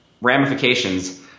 ramifications